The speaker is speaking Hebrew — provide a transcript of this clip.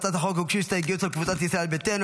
להצעת החוק הוגשו הסתייגויות על ידי הקבוצות ישראל ביתנו,